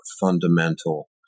fundamental